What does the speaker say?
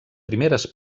primeres